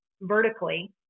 vertically